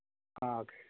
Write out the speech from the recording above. आं ओके